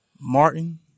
Martin